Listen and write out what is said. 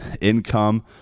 income